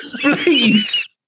Please